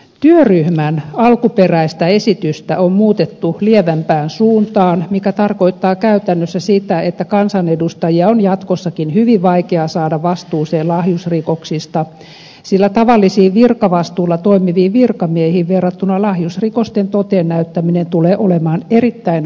työryhmän alkuperäistä esitystä on muutettu lievempään suuntaan mikä tarkoittaa käytännössä sitä että kansanedustajia on jatkossakin hyvin vaikea saada vastuuseen lahjusrikoksista sillä tavallisiin virkavastuulla toimiviin virkamiehiin verrattuna lahjusrikosten toteen näyttäminen tulee olemaan erittäin haastavaa